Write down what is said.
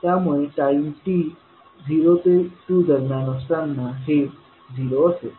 त्यामुळे time t zero ते 2 दरम्यान असताना हे झिरो असेल